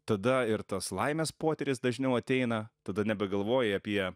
tada ir tas laimės potyris dažniau ateina tada nebegalvoji apie